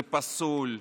זה פסול,